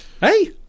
Hey